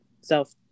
self